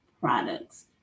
products